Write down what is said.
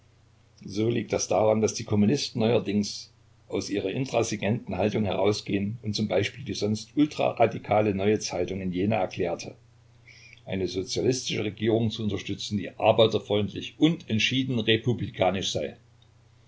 so liegt das daran daß die kommunisten neuerdings aus ihrer intransigenten haltung herausgehen und z b die sonst ultraradikale neue zeitung in jena erklärte eine sozialistische regierung zu unterstützen die arbeiterfreundlich und entschieden republikanisch sei